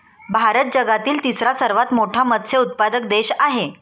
भारत जगातील तिसरा सर्वात मोठा मत्स्य उत्पादक देश आहे